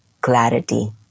clarity